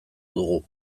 dugu